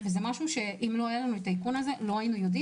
אז אם לא היה לנו האיכון הזה לא היינו יודעים